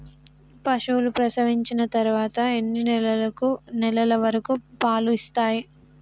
పశువులు ప్రసవించిన తర్వాత ఎన్ని నెలల వరకు పాలు ఇస్తాయి?